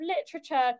literature